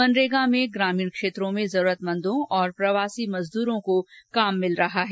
मनरेगा में ग्रामीण क्षेत्रों में जरूरतमंदों और प्रवासी मजदूरों को काम मिल रहा है